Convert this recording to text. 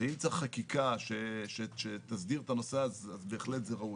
אם צריך חקיקה שתסדיר את הנושא, זה בהחלט ראוי.